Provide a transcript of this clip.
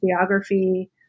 geography